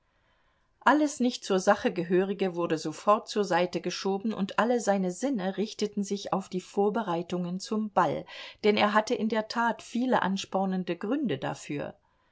alles nicht zur sache gehörige wurde sofort zur seite geschoben und alle seine sinne richteten sich auf die vorbereitungen zum ball denn er hatte in der tat viele anspornende gründe dafür